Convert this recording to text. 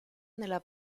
nella